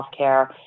healthcare